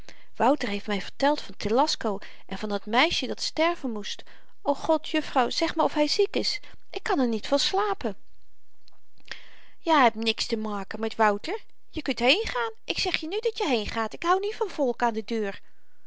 wouter heeft my verteld van telasco en van dat meisje dat sterven moest o god jufvrouw zeg me of hy ziek is ik kan er niet van slapen jy hebt niks te maken met wouter je kunt heengaan ik zeg je nu dat je heen gaat ik houd niet van volk aan de deur